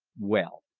well,